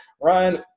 Ryan